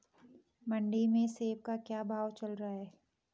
मंडी में सेब का क्या भाव चल रहा है?